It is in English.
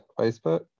Facebook